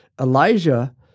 Elijah